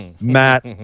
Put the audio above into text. Matt